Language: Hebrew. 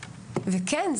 וכן,